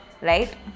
right